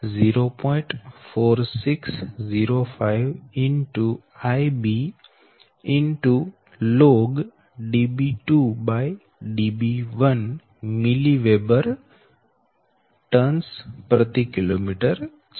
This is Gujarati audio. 4605Iblog mWb TKms milliweber turns પ્રતિ કિલોમીટર છે